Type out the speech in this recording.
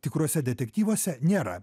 tikruose detektyvuose nėra